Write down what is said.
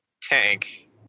tank